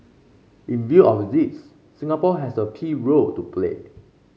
in view of this Singapore has a key role to play